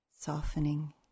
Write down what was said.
softening